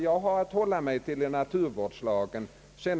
Jag har att hålla mig till naturvårdslagen.